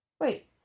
Wait